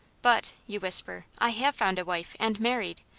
but, you whisper, i have found a wife, and married.